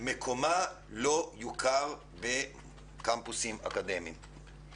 מקומה לא יוכר בקמפוסים אקדמיים.